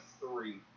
three